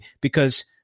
Because-